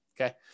Okay